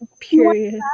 Period